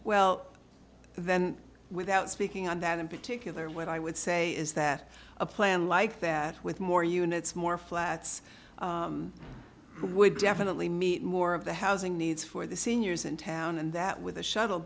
well then without speaking on that in particular what i would say is that a plan like that with more units more flats would definitely meet more of the housing needs for the seniors in town and that with the shuttle